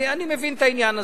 אני מבין את העניין הזה.